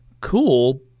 cool